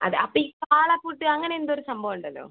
അതെ അപ്പം ഈ കാളക്കൂത്ത് അങ്ങനെ എന്തോ ഒരു സംഭവം ഉണ്ടല്ലൊ